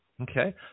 okay